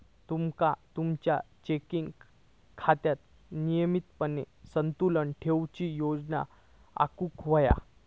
तुम्ही तुमचा चेकिंग खात्यात नियमितपणान संतुलन ठेवूची योजना आखुक व्हया